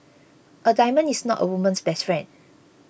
a diamond is not a woman's best friend